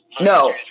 no